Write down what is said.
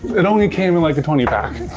it only came in like the twenty pack.